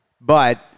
but-